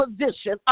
position